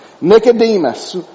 Nicodemus